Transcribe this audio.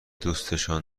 دوستشان